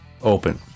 open